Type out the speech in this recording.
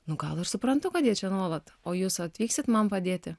nu gal ir suprantu kad jie čia nuolat o jūs atvyksit man padėti